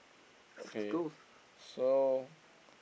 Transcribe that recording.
okay so